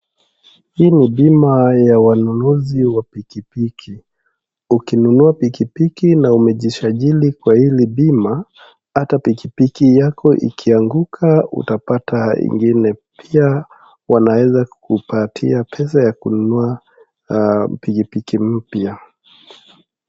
Hii ni bima ya wanunuzi wa pikipiki. Ukinunua pikipiki na umejisajili kwa hili bima hata pikipiki yako ikianguka utapata ingine, pia waneaza kupatia pesa ya kununua pikipiki mpya.